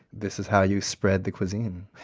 this is how you spread the cuisine.